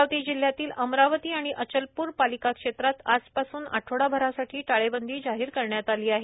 अमरावती जिल्ह्यातील अमरावती आणि अचलपूर पालिका क्षेत्रात आजपासून आठवडाभरासाठी टाळेबंदी जाहीर करण्यात आली आहे